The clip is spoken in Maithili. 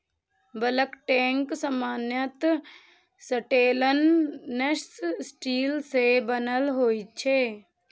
बल्क टैंक सामान्यतः स्टेनलेश स्टील सं बनल होइ छै